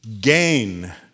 gain